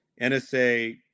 NSA